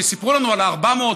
סיפרו לנו על 400,